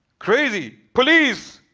crazy. police!